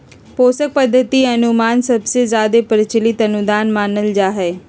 पोषण पद्धति अनुमान सबसे जादे प्रचलित अनुदान मानल जा हय